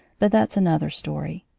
but that's another story.